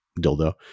dildo